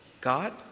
God